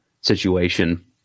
situation